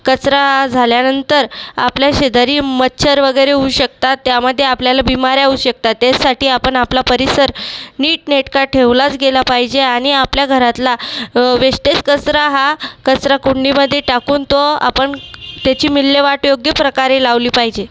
कचरा झाल्यानंतर आपल्या शेजारी मच्छर वगैरे होऊ शकतात त्यामध्ये आपल्याला बिमार्या होऊ शकतात त्याच्यासाठी आपण आपला परिसर नीटनेटका ठेवलाच गेला पाहिजे आणि आपल्या घरातला वेस्टेज कचरा हा कचरा कुंडीमधे टाकून तो आपण त्याची मिल्हेवाट योग्य प्रकारे लावली पाहिजे